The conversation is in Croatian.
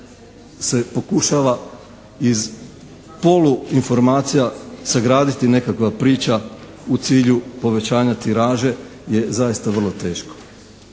se pokušava iz poluinformacija sagraditi nekakva priča u cilju povećanja tiraže je zaista vrlo teško